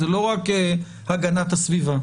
זה לא רק הגנת הסביבה,